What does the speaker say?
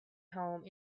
home